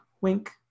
Wink